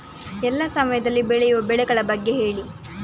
ಎಲ್ಲಾ ಸಮಯದಲ್ಲಿ ಬೆಳೆಯುವ ಬೆಳೆಗಳ ಬಗ್ಗೆ ಹೇಳಿ